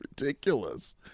ridiculous